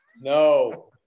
No